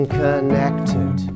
connected